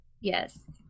Yes